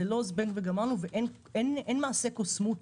זה לא זבנג וגמרנו, אין שם מעשה של קסם.